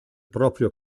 proprio